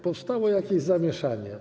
Powstało jakieś zamieszanie.